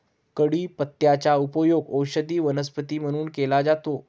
कढीपत्त्याचा उपयोग औषधी वनस्पती म्हणून केला जातो